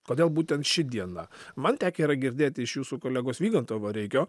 kodėl būtent ši diena man tekę yra girdėti iš jūsų kolegos vyganto vareikio